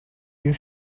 you